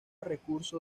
recurso